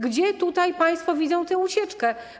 Gdzie tutaj państwo widzą tę ucieczkę?